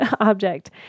object